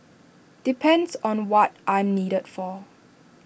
depends on what I'm needed for